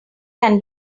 can